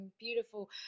beautiful